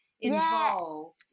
involved